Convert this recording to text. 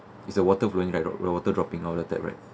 is like the water falling like wa~ water dropping out of the tap right